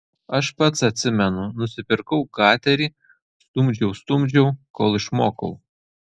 aš pats atsimenu nusipirkau gaterį stumdžiau stumdžiau kol išmokau